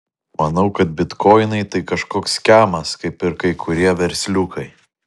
manau kad bitkoinai tai kažkoks skemas kaip ir kai kurie versliukai